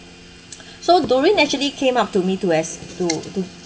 so doreen naturally came up to me to s~ to to